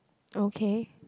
okay